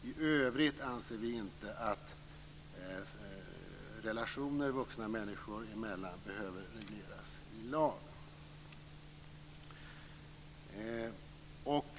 I övrigt anser vi inte att relationer vuxna människor emellan behöver regleras i lag.